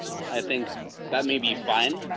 i think that may be fine,